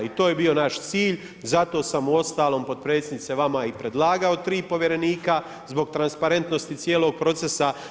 I to je bio naš cilj i zato sam uostalom potpredsjednice vama i predlagao 3 povjerenika, zbog transparentnosti, cijelog procesa.